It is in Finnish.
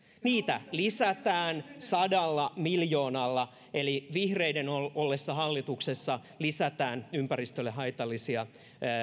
niitä lisätään sadalla miljoonalla eli vihreiden ollessa hallituksessa lisätään ympäristölle haitallisia